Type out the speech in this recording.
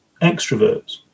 extroverts